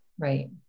Right